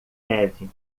neve